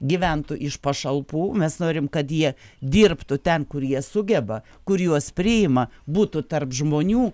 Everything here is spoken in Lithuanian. gyventų iš pašalpų mes norim kad jie dirbtų ten kur jie sugeba kur juos priima būtų tarp žmonių